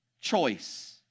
choice